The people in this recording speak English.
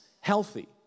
healthy